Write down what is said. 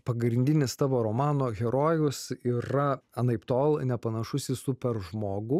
pagrindinis tavo romano herojus yra anaiptol nepanašus į superžmogų